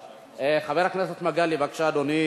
חבר הכנסת מגלי, בבקשה, אדוני,